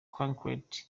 concrete